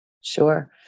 Sure